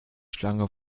schlange